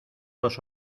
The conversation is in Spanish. los